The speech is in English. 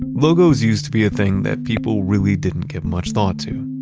logos used to be a thing that people really didn't give much thought to.